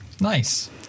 Nice